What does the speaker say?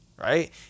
right